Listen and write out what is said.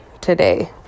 today